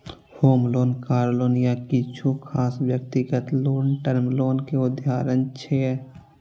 होम loan, car loan आ किछु खास व्यक्तिगत लोन टर्म लोन के उदाहरण छियै